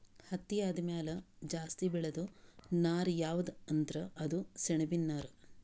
ಹತ್ತಿ ಆದಮ್ಯಾಲ ಜಾಸ್ತಿ ಬೆಳೇದು ನಾರ್ ಯಾವ್ದ್ ಅಂದ್ರ ಅದು ಸೆಣಬಿನ್ ನಾರ್